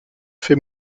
fait